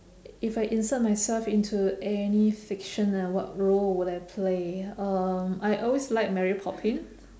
if I insert myself into any fiction ah what role would I play um I always liked mary poppins